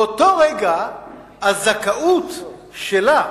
באותו רגע הזכאות שלה